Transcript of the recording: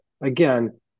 again